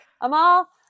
Amal –